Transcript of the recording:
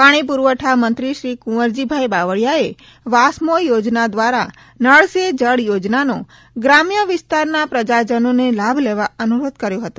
પાણી પુરવઠા મંત્રીશ્રી કુંવરજીભાઈ બાવળીયાએ વાસ્મો યોજના દ્વારા નળ સે જળ યોજનાનો ગ્રામ્ય વિસ્તારના પ્રજાજનોને લાભ લેવા અનુરોધ કર્યો હતો